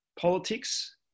politics